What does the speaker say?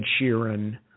Sheeran